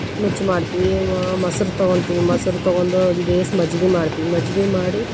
ನುಚ್ಚು ಮಾಡ್ತೀವಿ ಮಸ್ರು ತಗೊತಿವಿ ಮಸ್ರು ತಗೊಂಡು ಅದು ಬೇಸ್ ಮಜ್ಗೆ ಮಾಡ್ತೀವಿ ಮಜ್ಗೆ ಮಾಡಿ